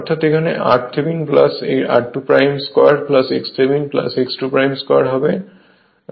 অর্থাৎ এখানে r Thevenin r2 2 x Thevenin x 22 হবে